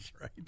right